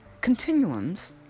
continuums